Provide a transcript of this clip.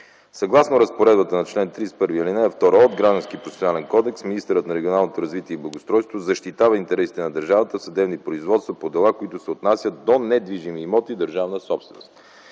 Съгласно разпоредбата на чл. 31, ал. 2 от Гражданския процесуален кодекс министърът на регионалното развитие и благоустройството защитава интересите на държавата в съдебни производства по дела, които се отнасят до недвижими имоти – държавна собственост.